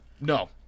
No